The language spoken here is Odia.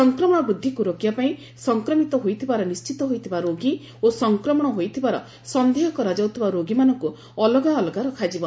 ସଂକ୍ରମଣ ବୃଦ୍ଧିକୁ ରୋକିବା ପାଇଁ ସଂକ୍ରମିତ ହୋଇଥିବାର ନିଶ୍ଚିତ ହୋଇଥିବା ରୋଗୀ ଓ ସଂକ୍ରମଣ ହୋଇଥିବାର ସନ୍ଦେହ କରାଯାଉଥିବା ରୋଗୀମାନଙ୍କୁ ଅଲଗା ଅଲଗା ରଖାଯିବ